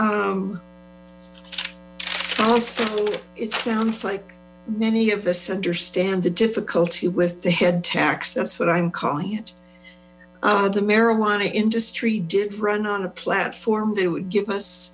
also it sounds like many of us understand the difficulty with the head tax that's what i'm calling it the marijuana industry did run on a platform that would give us